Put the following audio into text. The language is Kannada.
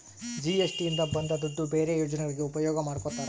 ಜಿ.ಎಸ್.ಟಿ ಇಂದ ಬಂದ್ ದುಡ್ಡು ಬೇರೆ ಯೋಜನೆಗಳಿಗೆ ಉಪಯೋಗ ಮಾಡ್ಕೋತರ